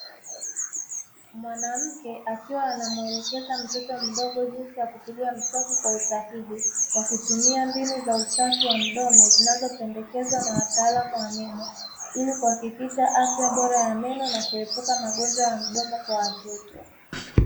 Mwanamke akiwa anamuelekeza mtoto mdogo jinsi ya kupiga mswaki kwa usahihi, wakitumia mbinu za usafi za mdomo zinazopendekezwa na wataalamu wa meno ili kuhakikisha afya nzuri ya meno na kuepuka magonjwa ya mdomo kwa watoto.